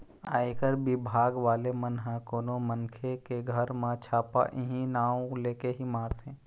आयकर बिभाग वाले मन ह कोनो मनखे के घर म छापा इहीं नांव लेके ही मारथे